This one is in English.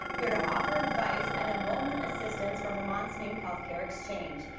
here to offer advice and enrollment assistance for vermont's new healthcare exchange.